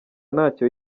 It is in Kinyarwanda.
ntacyo